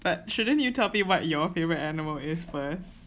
but shouldn't you tell me what your favourite animal is first